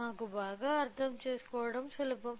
మాకు బాగా అర్థం చేసుకోవడం సులభం